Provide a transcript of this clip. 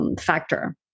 factor